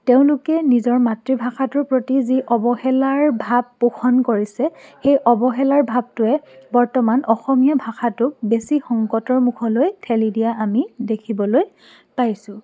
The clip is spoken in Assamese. তেওঁলোকে নিজৰ মাতৃভাষাটোৰ প্ৰতি যি অৱহেলাৰ ভাব পোষণ কৰিছে সেই অৱহেলাৰ ভাবটোৱে বৰ্তমান অসমীয়া ভাষাটোক বেছি সংকটৰ মুখলৈ ঠেলি দিয়া আমি দেখিবলৈ পাইছোঁ